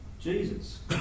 Jesus